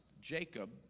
Jacob